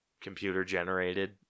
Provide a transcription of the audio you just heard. computer-generated